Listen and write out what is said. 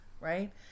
Right